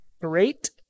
great